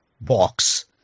box